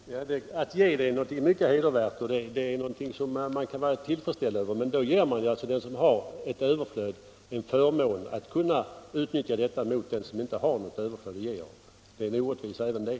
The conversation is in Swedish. Fru talman! Att ge är någonting mycket hedervärt, och förmågan att ge är någonting som man kan vara tillfredsställd över. Genom den här avdragsrätten ger man den som har ett överflöd en förmån framför den som inte har någonting att ge. Det är en orättvisa även det.